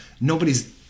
Nobody's